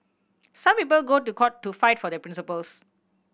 some people go to court to fight for their principles